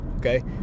Okay